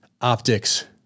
optics